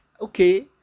okay